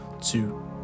two